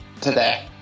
today